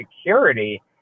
security